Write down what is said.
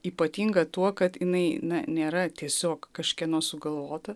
ypatinga tuo kad jinai nėra tiesiog kažkieno sugalvota